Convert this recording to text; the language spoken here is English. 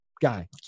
guy